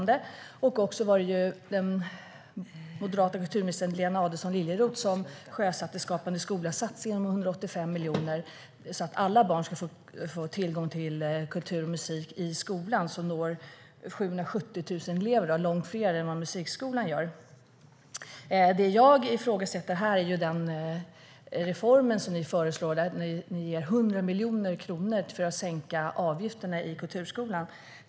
Det var också den moderata kulturministern Lena Adelsohn Liljeroth som sjösatte Skapande skola-satsningen på 185 miljoner så att alla ska få tillgång till kultur och musik i skolan, som når 770 000 elever - långt fler än musikskolan. Det jag ifrågasätter här är den reform som ni föreslår, där ni ger 100 miljoner kronor till att sänka avgifterna i kulturskolan.